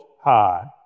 High